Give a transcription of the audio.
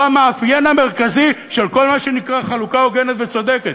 היא המאפיין המרכזי של כל מה שנקרא חלוקה הוגנת וצודקת,